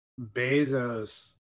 bezos